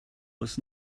was